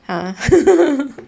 !huh!